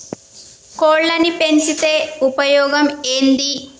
కోళ్లని పెంచితే ఉపయోగం ఏంది?